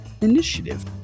initiative